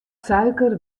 suiker